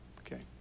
Okay